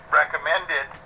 recommended